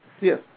Yes